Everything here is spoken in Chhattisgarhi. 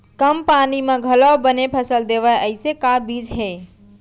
कम पानी मा घलव बने फसल देवय ऐसे का बीज हे?